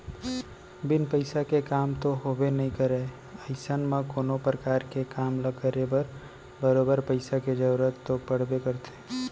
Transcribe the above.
बिन पइसा के काम तो होबे नइ करय अइसन म कोनो परकार के काम ल करे बर बरोबर पइसा के जरुरत तो पड़बे करथे